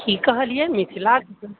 की कहलिऐ मिथिला